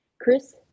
Chris